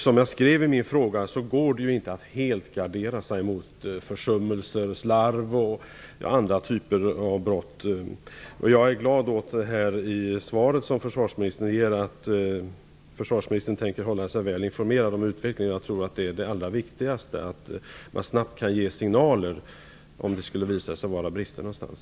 Som jag skrev i min fråga går det inte att helt gardera sig mot försummelser, slarv och liknande. Jag är glad åt att försvarsministern i svaret säger att han tänker hålla sig väl informerad om utvecklingen. Jag tror att det allra viktigaste är att man snabbt kan ge signaler, om det skulle visa sig att det finns brister någonstans.